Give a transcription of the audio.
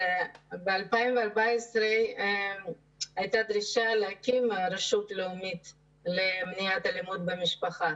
בשנת 2014 הייתה דרישה להקים רשות לאומית למניעת אלימות במשפחה.